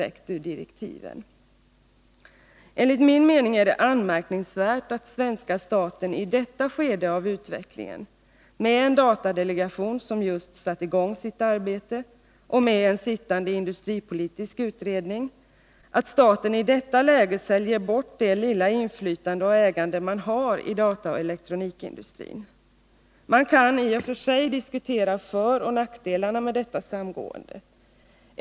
Enligt min mening är det anmärkningsvärt att svenska staten i detta skede av utvecklingen — med en datadelegation som just satt i gång sitt arbete och med en sittande industripolitisk utredning -— säljer bort det lilla inflytande och ägande man har i dataoch elektronikindustrin. Man kan i och för sig diskutera föroch nackdelarna med detta samgående.